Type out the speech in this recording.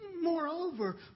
Moreover